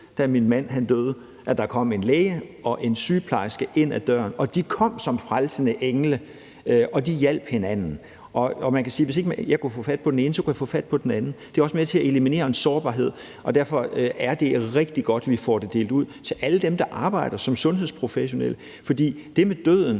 da min mand døde, at der kom en læge og en sygeplejerske ind ad døren, og de kom som frelsende engle. De hjalp hinanden, og hvis jeg ikke kunne få fat på den ene, kunne jeg få fat på den anden. Det er også med til at eliminere en sårbarhed, og derfor er det rigtig godt, at vi får det delt ud til alle dem, der arbejder som sundhedsprofessionelle. For det med døden